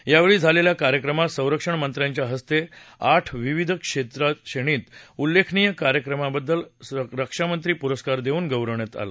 यावेळी झालेल्या कार्यक्रमात संरक्षण मंत्र्यांच्या हस्ते आठ विविध श्रेणीत उल्लेखनिय कार्यबद्दल रक्षामंत्री पुरस्कार देऊन गौरवण्यात आलं